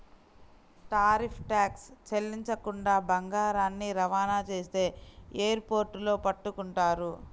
tariff tax చెల్లించకుండా బంగారాన్ని రవాణా చేస్తే ఎయిర్ పోర్టుల్లో పట్టుకుంటారు